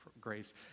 grace